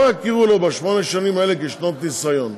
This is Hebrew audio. יכירו לו בשמונה השנים האלה כשנות ניסיון,